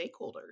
stakeholders